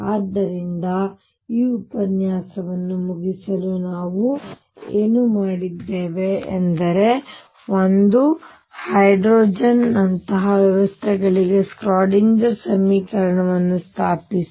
ಆದ್ದರಿಂದ ಈ ಉಪನ್ಯಾಸವನ್ನು ಮುಗಿಸಲು ನಾವು ಏನು ಮಾಡಿದ್ದೇವೆ ಒಂದು ಹೈಡ್ರೋಜನ್ ನಂತಹ ವ್ಯವಸ್ಥೆಗಳಿಗೆ ಸ್ಕ್ರಾಡಿಂಜರ್ ಸಮೀಕರಣವನ್ನು ಸ್ಥಾಪಿಸಿ